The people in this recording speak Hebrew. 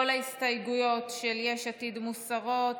כל ההסתייגויות של יש עתיד מוסרות,